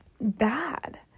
bad